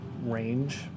range